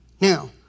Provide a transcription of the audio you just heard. Now